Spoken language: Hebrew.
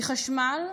כי חשמל,